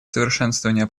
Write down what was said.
совершенствования